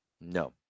No